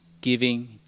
giving